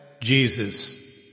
Jesus